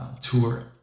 tour